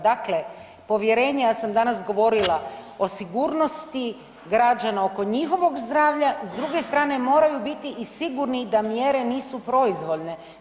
Dakle, povjerenje, ja sam danas govorila o sigurnosti građana oko njihovog zdravlja, s druge strane moraju biti i sigurni da mjere nisu proizvoljne.